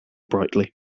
brightly